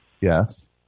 Yes